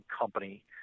company